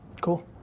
Cool